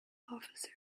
officer